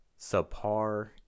subpar